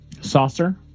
saucer